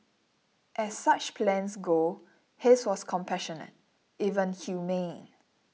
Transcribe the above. as such plans go his was compassionate even humane